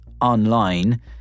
online